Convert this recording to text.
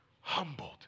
humbled